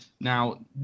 now